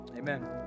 Amen